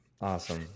awesome